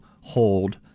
hold